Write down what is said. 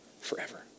forever